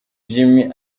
jimmy